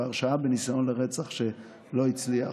הרשעה בניסיון לרצח שלא הצליח.